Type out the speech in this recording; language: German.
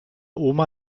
oma